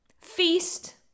Feast